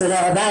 תודה רבה.